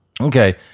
Okay